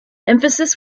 emphasis